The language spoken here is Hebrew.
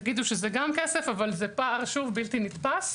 תגידו שזה גם כסף אבל זה פער בלתי נתפס.